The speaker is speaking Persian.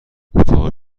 اتاق